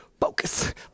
focus